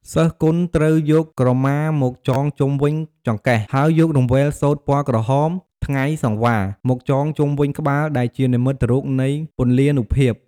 សិស្សគុនត្រូវយកក្រមាមកចងជុំវិញចង្កេះ ហើយយករង្វេលសូត្រពណ៌ក្រហម«ថ្ងៃសង្វារ»មកចងជុំវិញក្បាលដែលជានិមិត្តរូបនៃពលានុភាព។